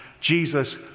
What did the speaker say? Jesus